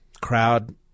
crowd